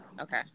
Okay